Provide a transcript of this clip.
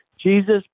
Jesus